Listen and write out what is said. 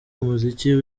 umuziki